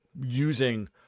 using